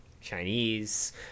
chinese